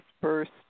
first